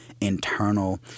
internal